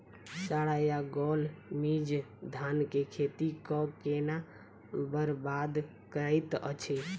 साढ़ा या गौल मीज धान केँ खेती कऽ केना बरबाद करैत अछि?